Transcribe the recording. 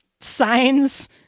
signs